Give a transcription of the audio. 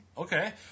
Okay